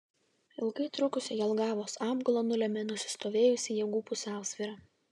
ilgai trukusią jelgavos apgulą nulėmė nusistovėjusi jėgų pusiausvyra